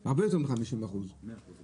עשו רפורמות והיו איפה שנוח, באזור הנוחות שלהם.